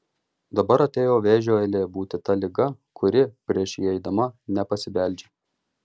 dabar atėjo vėžio eilė būti ta liga kuri prieš įeidama nepasibeldžia